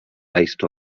based